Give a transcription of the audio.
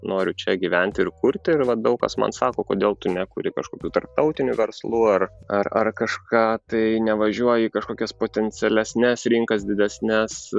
noriu čia gyventi ir kurti ir vat daug kas man sako kodėl tu nekuri kažkokių tarptautinių verslų ar ar ar kažką tai nevažiuoji į kažkokias potencialesnes rinkas didesnes